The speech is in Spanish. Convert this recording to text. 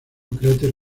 cráter